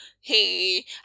Hey